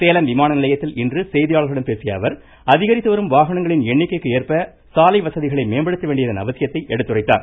சேலம் விமான நிலையத்தில் இன்று செய்தியாளர்களிடம் பேசிய அவர் அதிகரித்து வரும் வாகனங்களின் எண்ணிக்கைக்கு ஏற்ப சாலை வசதிகளை மேம்படுத்த வேண்டியதன் அவசியத்தை எடுத்துரைத்தார்